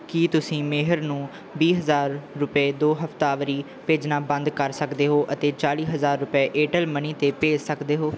ਕੀ ਤੁਸੀਂ ਮੇਹਰ ਨੂੰ ਵੀਹ ਹਜ਼ਾਰ ਰੁਪਏ ਦੋ ਹਫ਼ਤਾਵਾਰੀ ਭੇਜਣਾ ਬੰਦ ਕਰ ਸਕਦੇ ਹੋ ਅਤੇ ਚਾਲੀ ਹਜ਼ਾਰ ਰੁਪਏ ਏਅਰਟੈੱਲ ਮਨੀ 'ਤੇ ਭੇਜ ਸਕਦੇ ਹੋ